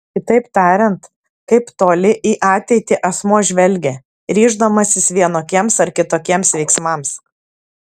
kitaip tariant kaip toli į ateitį asmuo žvelgia ryždamasis vienokiems ar kitokiems veiksmams